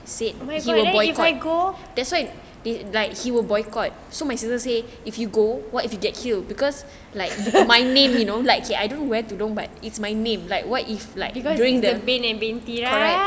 eh if I go because of the bin and binte right correct